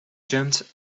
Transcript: jumped